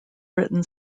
written